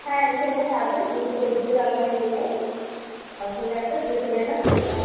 হ্যাঁ এইসময় আছে দুটো গোদরেজ আলমারি নিলে তার সঙ্গে একটা ড্রেসিং আয়না ফ্রি আছে